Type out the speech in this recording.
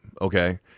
Okay